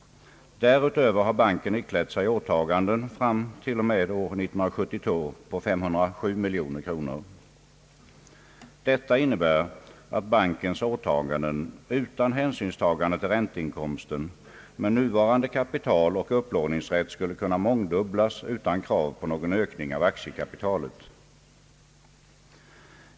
Därutöver har banken iklätt sig åtaganden fram till och med år 1972 på 507 miljoner kronor. Detta innebär att bankens åtaganden utan hänsynstagande till ränteinkomsten med nuvarande kapital och upplåningsrätt skulle kunna mångdubblas utan krav på någon ökning av aktiekapitalet.